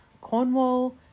Cornwall